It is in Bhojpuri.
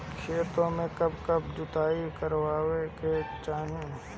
खेतो में कब कब जुताई करावे के चाहि?